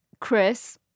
Chris